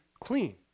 clean